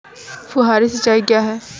फुहारी सिंचाई क्या है?